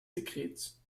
sekrets